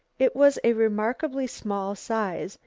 it was a remarkably small size,